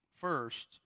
first